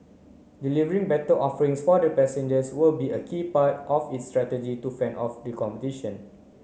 delivering better offerings for the passengers will be a key part of its strategy to fend off the competition